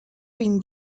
been